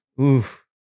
Oof